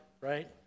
right